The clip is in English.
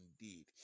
indeed